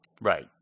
Right